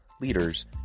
leaders